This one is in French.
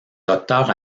docteur